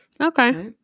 Okay